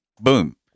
boom